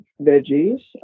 veggies